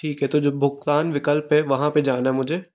ठीक है जो भुगतान विकल्प है वहाँ पे जाना है मुझे